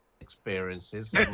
experiences